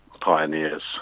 pioneers